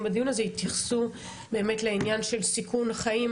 בדיון הזה יתייחסו באמת לעניין של סיכון חיים